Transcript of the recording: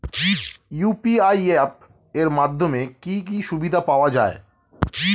UPI app এর মাধ্যমে কি কি সুবিধা পাওয়া যায়?